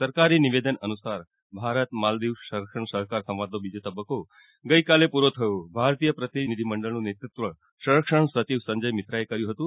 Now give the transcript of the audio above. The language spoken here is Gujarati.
સરકારી નિવેદન અનુસાર ભારત માલદીવ સંરક્ષણ સહકાર સંવાદનો બીજો તબક્કો ગઇકાલે પ્રો થયો ભારતીય પ્રતિનિધિ મંડળનું નેતૃત્વ સંરક્ષણ સચિવ સંજય મિત્રાએ કર્યું હતું